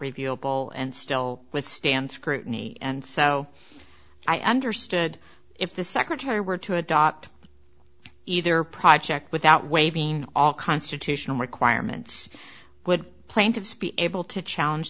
revealed all and still withstand scrutiny and so i understood if the secretary were to adopt either project without waiving all constitutional requirements would plaintiffs be able to challenge